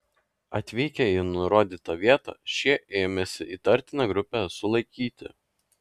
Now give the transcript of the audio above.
atvykę į nurodytą vietą šie ėmėsi įtartiną grupę sulaikyti